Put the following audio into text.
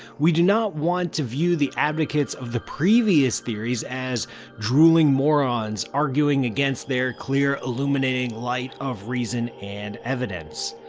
we do not want to view the advocates of the previous theories as drooling morons arguing against the clear illuminating light of reason and evidence.